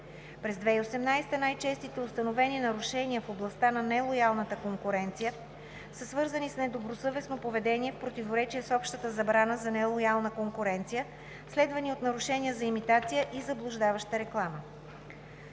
През 2018 г. най-честите установени нарушения в областта на нелоялната конкуренция са свързани с недобросъвестно поведение в противоречие с общата забрана за нелоялна конкуренция, следвани от нарушения за имитация и заблуждаваща реклама.